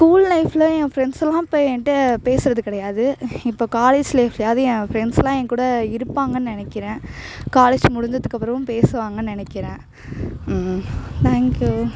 school லைஃப்பில் என் ஃப்ரெண்ட்ஸ்லாம் இப்போ என்ட்ட பேசுறது கிடையாது இப்போ காலேஜ் லைஃப்லயாவது என் ஃப்ரெண்ட்ஸ்லாம் எங்கூட இருப்பாங்கன்னு நெனைக்கிறேன் காலேஜ் முடிஞ்சதுக்கு அப்புறமும் பேசுவாங்கனு நெனைக்கிறேன் தேங்க்யூ